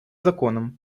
законом